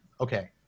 okay